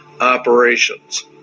Operations